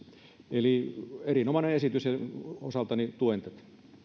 eli erinomainen esitys ja osaltani tuen